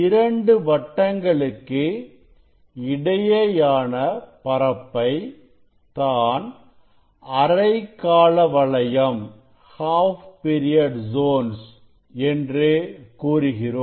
இரண்டு வட்டங்களுக்கு இடையேயான பரப்பை தான் அரைக்காலவளையம் என்று கூறுகிறோம்